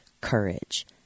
Courage